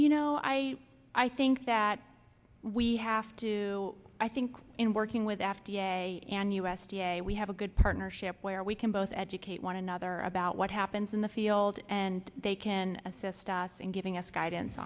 you know i i think that we have to i think in working with after day and u s d a we have a good partnership where we can both educate one another about what happens in the field and they can assist us and giving us guidance